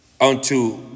unto